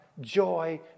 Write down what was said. joy